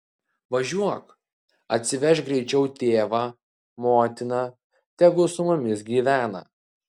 važiuok atsivežk greičiau tėvą motiną tegu su mumis gyvena